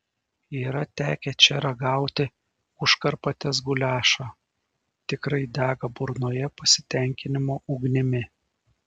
yra tekę čia ragauti užkarpatės guliašą tikrai dega burnoje pasitenkinimo ugnimi